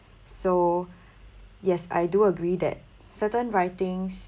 so yes I do agree that certain writings